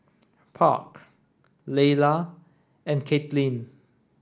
Park Layla and Caitlynn